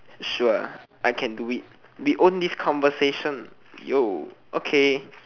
sure I can do it we own this conversation yo okay